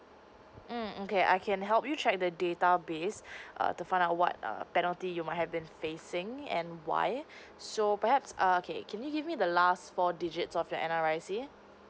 mm okay I can help you check the database err to find out what err penalty you might have been facing and why so perhaps err okay can you give me the last four digits of your N_R_I_C